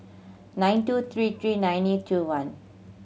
nine two three three nine eight two one